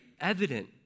evident